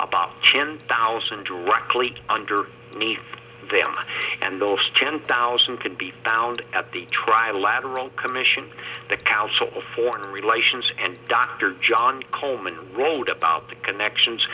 about ten thousand directly under me them and those ten thousand can be found at the trilateral commission the council of foreign relations and dr john coleman wrote about the connections